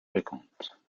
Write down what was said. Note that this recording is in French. fréquentes